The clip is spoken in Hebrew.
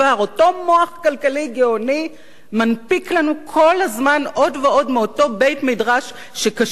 אותו מוח כלכלי גאוני מנפיק לנו כל הזמן עוד ועוד מאותו בית-מדרש שכשל.